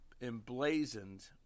emblazoned –